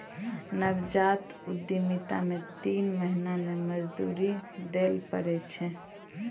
नवजात उद्यमिता मे तीन महीना मे मजदूरी दैल पड़ै छै